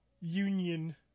Union